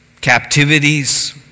captivities